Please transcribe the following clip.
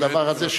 מאשר הדבר הזה,